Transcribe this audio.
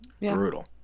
Brutal